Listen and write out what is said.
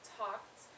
talked